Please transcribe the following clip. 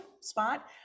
spot